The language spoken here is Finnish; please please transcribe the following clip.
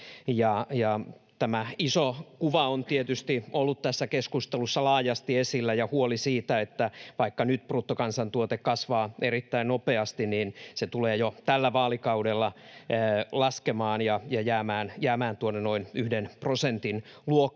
Tämä iso kuva on tietysti ollut tässä keskustelussa laajasti esillä ja huoli siitä, että vaikka nyt bruttokansantuote kasvaa erittäin nopeasti, niin se tulee jo tällä vaalikaudella laskemaan ja jäämään tuonne noin 1 prosentin luokkaan,